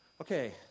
Okay